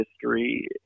history